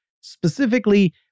Specifically